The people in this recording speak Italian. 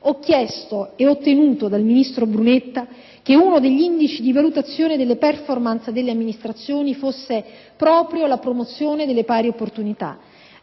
ho chiesto e ottenuto dal ministro Brunetta che uno degli indici di valutazione delle *performance* delle amministrazioni fosse proprio la promozione delle pari opportunità.